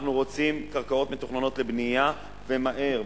אנחנו רוצים קרקעות מתוכננות לבנייה ומהר,